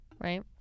Right